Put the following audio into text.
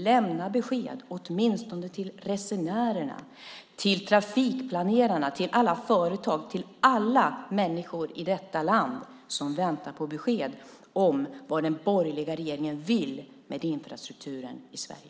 Lämna besked, åtminstone till resenärerna, till trafikplanerarna, till alla företag - till alla människor i detta land som väntar på besked om vad den borgerliga regeringen vill med infrastrukturen i Sverige.